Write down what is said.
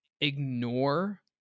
ignore